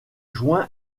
joint